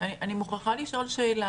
אני מוכרחה לשאול שאלה,